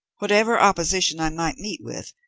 whatever opposition i might meet with,